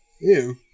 Ew